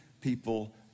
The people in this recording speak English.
people